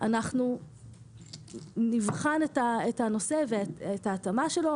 אנחנו נבחן את הנושא ואת ההתאמה של הנושא הזה.